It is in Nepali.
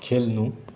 खेल्नु